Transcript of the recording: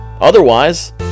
Otherwise